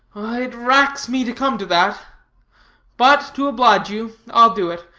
it racks me to come to that but, to oblige you, i'll do it.